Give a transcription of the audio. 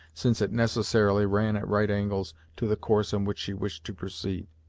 since it necessarily ran at right angles to the course on which she wished to proceed.